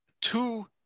two